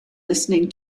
listening